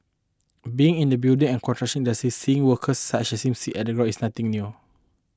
being in the building and construction industry seeing workers such as him sit on the ground is nothing new